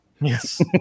Yes